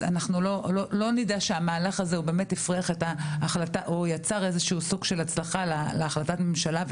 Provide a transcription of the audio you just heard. לא נדע שהמהלך הזה באמת יצר איזשהו סוג של הצלחה להחלטת הממשלה.